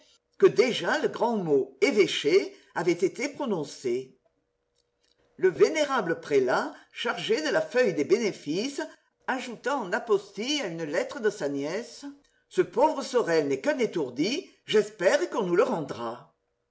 que déjà le grand mot évêché avait été prononcé le vénérable prélat chargé de la feuille des bénéfices ajouta en apostille à une lettre de sa nièce ce pauvre sorel n'est qu'un étourdi j'espère qu'on nous le rendra